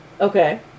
Okay